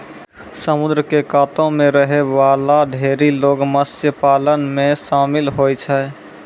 समुद्र क कातो म रहै वाला ढेरी लोग मत्स्य पालन म शामिल होय छै